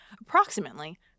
Approximately